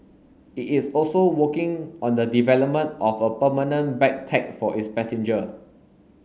it is also working on the development of a permanent bag tag for its passenger